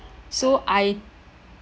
so I